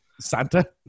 Santa